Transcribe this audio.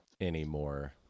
anymore